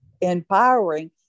empowering